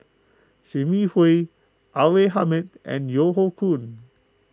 Sim Yi Hui R A Hamid and Yeo Hoe Koon